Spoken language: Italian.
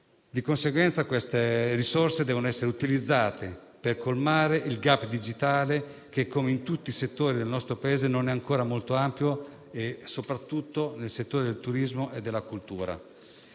Di conseguenza, queste risorse devono essere utilizzate per colmare il *gap* digitale che, come in tutti i settori del nostro Paese, è ancora molto ampio, soprattutto in quelli del turismo e della cultura.